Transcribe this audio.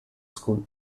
school